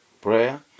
prayer